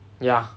ya